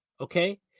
okay